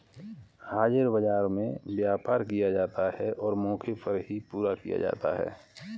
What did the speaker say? हाजिर बाजार में व्यापार किया जाता है और मौके पर ही पूरा किया जाता है